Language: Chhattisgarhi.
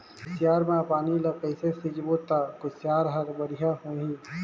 कुसियार मा पानी ला कइसे सिंचबो ता कुसियार हर बेडिया होही?